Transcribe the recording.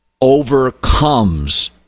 overcomes